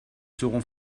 seront